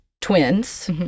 twins